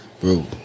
Bro